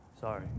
Sorry